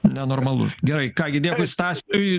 nenormalu gerai ką gi dėkui stasiui